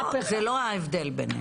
לא, זה לא ההבדל בינינו.